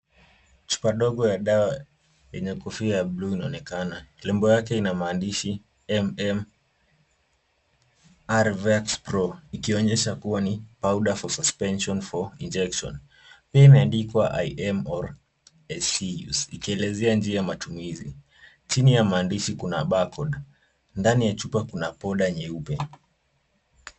Chupa ndogo ya dawa yenye kofia ya bluu inaonekana, lebo yake kina maandishi, MM-RVX-PRO. Ikionyesha kuwa ni powder for suspension for injection . Pia imeandikwa IM or SC use. Ikielezea njia ya matumizi, chini ya maandishi kuna barcode , ndani ya chupa kuna poda nyeupe.